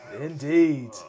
Indeed